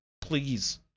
please